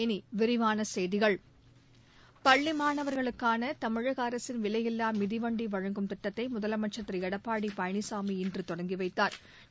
இனி விரிவான செய்திகள் பள்ளி மாணவர்களுக்காள தமிழக அரசின் விலையில்லா மிதிவண்டி வழங்கும் திட்டத்தை முதலமைச்சா் திரு எடப்பாடி பழனிசாமி இன்று தொடங்கி வைத்தாா்